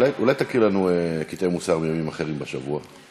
אולי תקריא לנו קטעי מוסר בימים אחרים בשבוע?